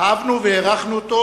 אהבנו והערכנו אותו,